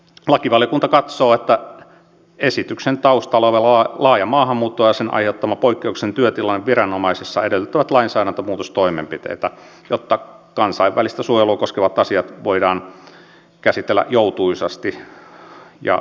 lakivaliokunta katsoo että esityksen taustalla oleva laaja maahanmuutto ja sen aiheuttama poikkeuksellinen työtilanne viranomaisissa edellyttävät lainsäädäntömuutostoimenpiteitä jotta kansainvälistä suojelua koskevat asiat voidaan käsitellä joutuisasti ja sujuvasti